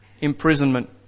imprisonment